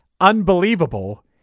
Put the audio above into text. Unbelievable